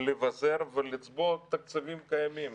לבזר ולצבוע תקציבים קיימים,